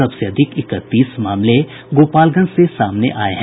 सबसे अधिक इकतीस मामले गोपालगंज से सामने आये हैं